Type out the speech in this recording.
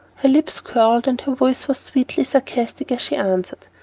her lips curled and her voice was sweetly sarcastic as she answered,